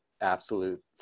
absolute